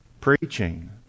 preaching